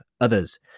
others